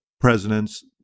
presidents